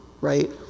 right